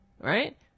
right